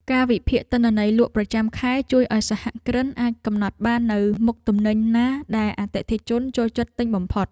ការវិភាគទិន្នន័យលក់ប្រចាំខែជួយឱ្យសហគ្រិនអាចកំណត់បាននូវមុខទំនិញណាដែលអតិថិជនចូលចិត្តទិញបំផុត។